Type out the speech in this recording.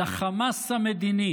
לחמאס המדיני